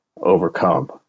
overcome